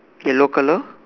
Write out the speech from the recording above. yellow color